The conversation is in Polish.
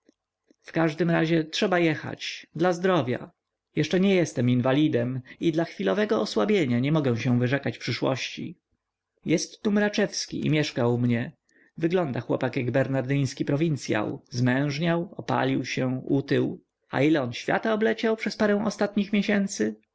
w każdym razie trzeba jechać dla zdrowia jeszcze nie jestem inwalidem i dla chwilowego osłabienia nie mogę się wyrzekać przyszłości jest tu mraczewski i mieszka u mnie wygląda chłopak jak bernadynski prowincyonał zmężniał opalił się utył a ile on świata obleciał przez parę ostatnich miesięcy